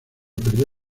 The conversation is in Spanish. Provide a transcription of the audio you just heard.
perdió